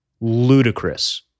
ludicrous